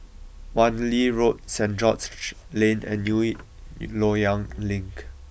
Wan Lee Road St George's Lane and New Loyang Link